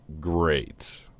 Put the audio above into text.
great